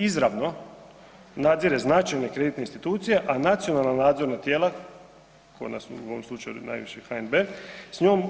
Izravno nadzire značajne kreditne institucije, a nacionalna nadzorna tijela, kod nas u ovom slučaju najviše HNB, s njom